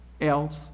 else